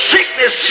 Sickness